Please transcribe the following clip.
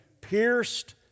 pierced